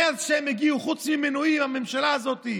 מאז שהם הגיעו, חוץ ממינויים, הממשלה הזאת,